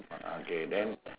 ah okay then